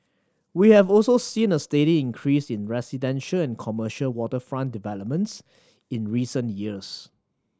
we have also seen a steady increase in residential and commercial waterfront developments in recent years